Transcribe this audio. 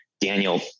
Daniel